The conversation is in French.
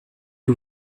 que